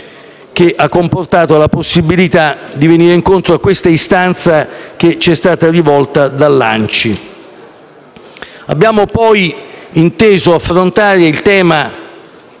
che ha comportato la possibilità di venire incontro a questa istanza, che c'è stata rivolta dall'ANCI. Abbiamo poi inteso affrontare un tema